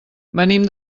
venim